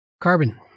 carbon